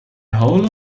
whole